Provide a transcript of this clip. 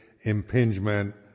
impingement